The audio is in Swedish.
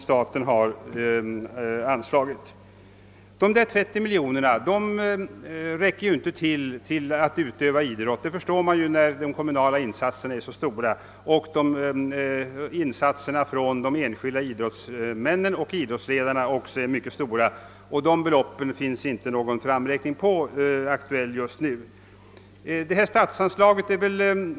Dessa 30 miljoner kronor räcker givetvis inte; det förstår man eftersom de kommunala insatserna samt insatserna från enskilda idrottsmän och idrottsledare är så stora som fallet är. Någon framräkning med aktuella siffror är dock inte gjord i det fallet.